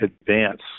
advance